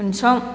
उनसं